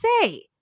say